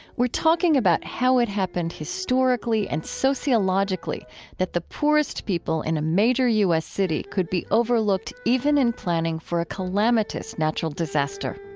we're talking about how it happened historically and sociologically that the poorest people in a major u s. city could be overlooked even in planning for a calamitous natural disaster